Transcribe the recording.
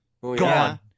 Gone